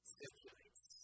circulates